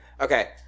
Okay